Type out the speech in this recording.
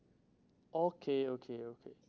okay okay okay